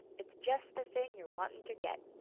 it's jest the thing you're wantin' ter get!